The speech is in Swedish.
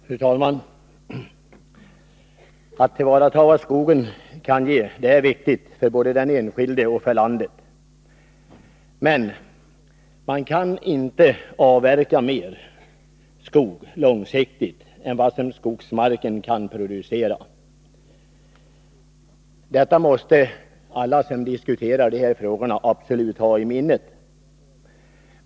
Fru talman! Att tillvarata vad skogen kan ge är viktigt för både den enskilde och landet. Men man kan inte långsiktigt avverka mer skog än vad skogsmarken kan producera. Detta måste alla som diskuterar de här frågorna absolut ha i minne.